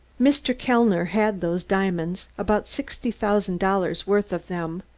mr. kellner had those diamonds about sixty thousand dollars' worth of them,